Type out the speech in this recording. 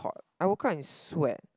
I woke up in sweat